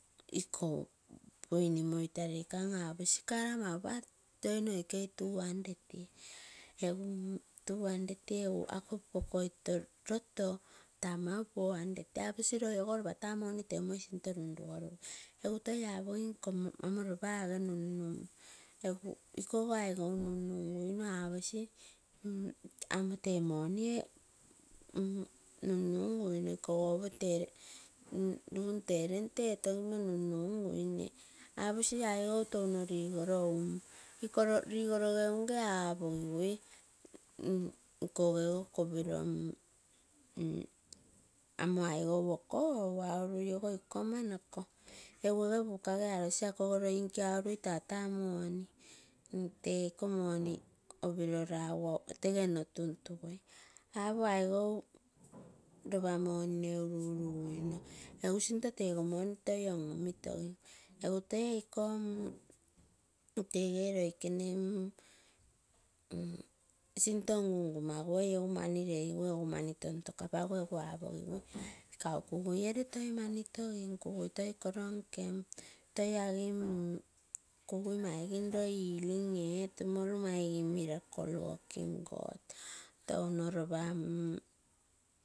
Ikogo buin moi taki kamo mauropa ear loi noikei two hundred egu ako tatoo ito natoo taa mau four hundred kina aposi loi ogo taa mau money teumoi intoko runrugolugoi, egu loi apogim kamo ropa apem num num. Ikogo aigou nun nunguino aposi amotee money ee nun nunguine apokui ikogo opoo tee rent etogimo nun nunguine. Aposi aigoi touno rigoro unn, iko rigonoge ungee apogigui ikoge goo kopiroo, amo aigou okogou ikoiko ama nokoo egu ege bukage arose akogo loi nkee arui tata money, teiko money opiro raga tege nno tuntugui, apo aigou ropa money ee uru uruguino eguu sinto tego money toi omi omitogim egu tee ikoo tege. Loikene sinto ngungu maguoi egu mani reigu egu mani ton tokopaguu apogiguu kau kugui ere toi mani togim kugui toi ama koro nkem, toi agim oi kugui maigim healing etumoru maigim miraeu working god.